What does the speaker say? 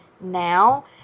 now